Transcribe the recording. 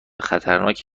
خطرناک